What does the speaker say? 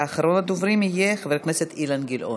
אחרון הדוברים יהיה חבר הכנסת אילן גילאון.